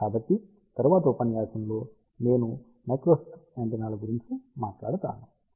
కాబట్టి తరువాతి ఉపన్యాసంలో నేను మైక్రోస్ట్రిప్ యాంటెన్నాల గురించి మాట్లాడుతాను